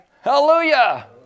Hallelujah